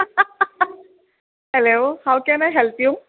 hello how can I help you